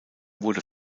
wurde